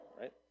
right